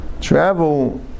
travel